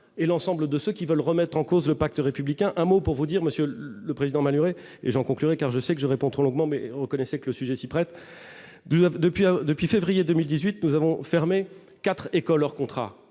et l'ensemble de ceux qui veulent remettre en cause le pacte républicain, un mot pour vous dire, Monsieur le Président, durée et j'en conclurai car je sais que je réponds très longuement mais on connaissait que le sujet s'y prête de 9 depuis depuis février 2018 nous avons fermé 4 écoles hors contrat